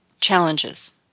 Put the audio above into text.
challenges